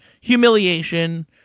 humiliation